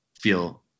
feel